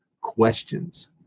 questions